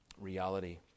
reality